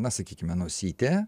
na sakykime nosytė